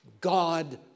God